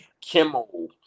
Kimmel